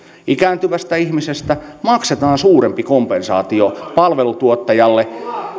ikääntyvästä ihmisestä maksetaan suurempi kompensaatio palvelutuottajalle